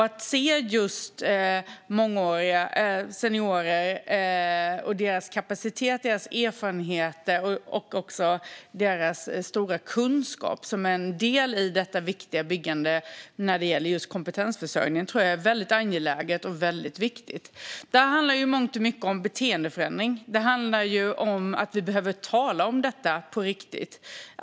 Att se seniorer och deras kapacitet, erfarenhet och kunskap som en del i detta viktiga byggande när det gäller kompetensförsörjningen tror jag är väldigt angeläget. Det handlar i mångt och mycket om beteendeförändring. Det handlar om att vi behöver tala om detta på riktigt.